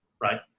right